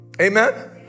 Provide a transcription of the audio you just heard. Amen